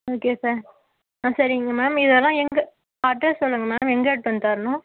okay sir ஆ சரிங்க ma'am இதெல்லாம் எங்கே அட்ரஸ் சொல்லுங்கள் மேம் எங்கே எடுத்துகிட்டு வந்து தரணும்